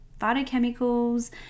phytochemicals